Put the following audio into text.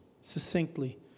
succinctly